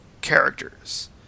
characters